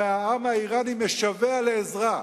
הרי העם האירני משווע לעזרה,